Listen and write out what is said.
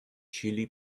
chilli